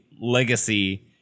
legacy